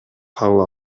кабыл